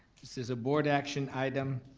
this is board action item,